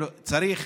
צריך